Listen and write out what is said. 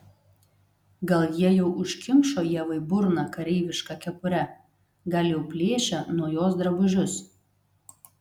gal jie jau užkimšo ievai burną kareiviška kepure gal jau plėšia nuo jos drabužius